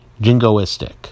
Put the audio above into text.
jingoistic